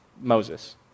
Moses